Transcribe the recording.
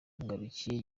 ngarukiye